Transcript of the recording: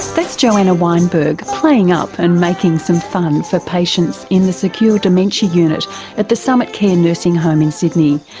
that's joanna weinberg playing up and making some fun for patients in the secure dementia unit at the summitcare nursing home in sydney.